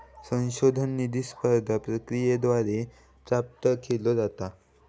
संशोधन निधी स्पर्धा प्रक्रियेद्वारे प्राप्त केलो जाता